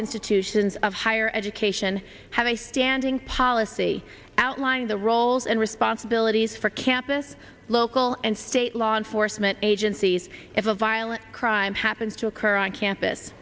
institutions of higher education have a standing policy outlining the roles and responsibilities for campus local and state law enforcement agencies if a violent crime happens to occur on campus